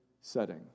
setting